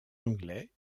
anglais